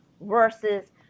versus